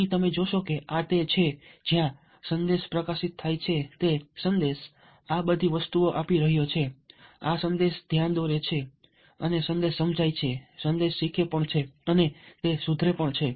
અહીં તમે જોશો કે આ તે છે જ્યાં સંદેશ પ્રકાશિત થાય છે તે સંદેશ આ બધી વસ્તુઓ આપી રહ્યો છે આ સંદેશ ધ્યાન દોરે છે સંદેશ સમજાય છે સંદેશ શીખે છે અને તે સુધારે છે